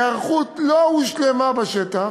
ההיערכות לא הושלמה בשטח,